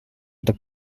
the